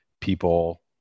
people